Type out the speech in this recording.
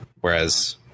Whereas